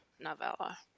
novella